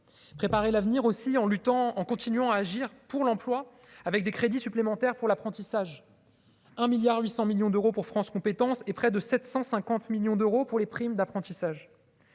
préparer l'avenir aussi en luttant en continuant à agir pour l'emploi avec des crédits supplémentaires pour l'apprentissage 1 milliard 800 millions d'euros pour France compétences et près de 750 millions d'euros pour les primes d'apprentissage